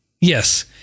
Yes